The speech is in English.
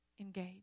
Engage